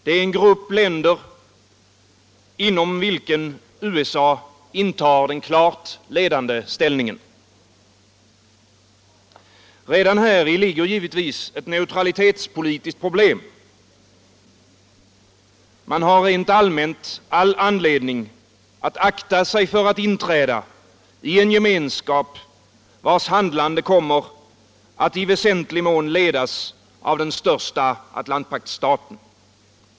Det är en grupp länder inom vilken USA intar den klart ledande ställningen. Redan häri ligger givetvis ett neutralitetspolitiskt problem. Man har rent allmänt all anledning att akta sig för att inträda i en gemenskap, vars handlande kommer att i väsentlig mån ledas av den största Atlantpaktsstaten.